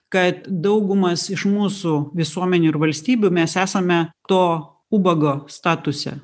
kad daugumas iš mūsų visuomenių ir valstybių mes esame to ubago statuse